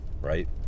right